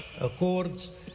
Accords